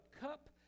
cup